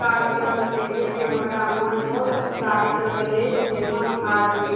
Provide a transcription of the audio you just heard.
कार्यक्रम छै जाहिमे हमरा मन बहुत उत्साहित रहै अछि जे हम भागली